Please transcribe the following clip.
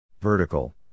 Vertical